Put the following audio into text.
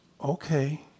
okay